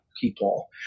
people